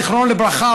זכרו לברכה,